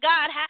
God